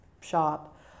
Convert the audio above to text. shop